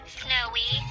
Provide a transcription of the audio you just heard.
snowy